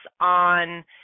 on